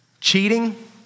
Cheating